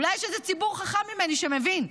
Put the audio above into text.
אולי יש איזה ציבור חכם ממני שמבין,